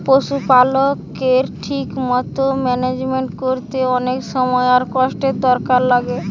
পশুপালকের ঠিক মতো ম্যানেজমেন্ট কোরতে অনেক সময় আর কষ্টের দরকার লাগে